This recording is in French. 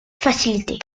facilitées